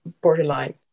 borderline